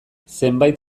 zenbait